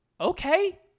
okay